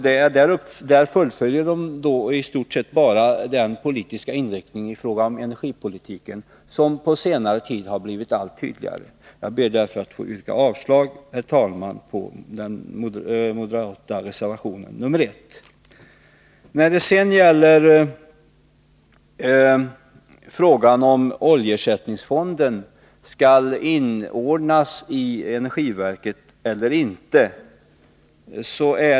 De fullföljer i stort sett bara den politiska inriktning i fråga om energipolitiken som på senare tid blivit alltmer tydlig. Jag ber därför att få yrka avslag på den moderata reservationen nr 1. Nästa fråga gäller om oljeersättningsfonden skall inordnas i energiverket eller inte.